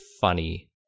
funny